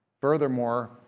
Furthermore